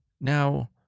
Now